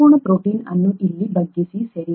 ಸಂಪೂರ್ಣ ಪ್ರೋಟೀನ್ ಅನ್ನು ಇಲ್ಲಿ ಬಗ್ಗಿಸಿ ಸರಿ